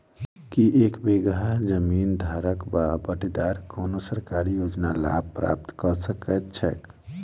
की एक बीघा जमीन धारक वा बटाईदार कोनों सरकारी योजनाक लाभ प्राप्त कऽ सकैत छैक?